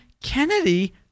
Kennedy